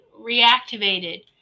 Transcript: reactivated